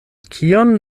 kion